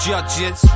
judges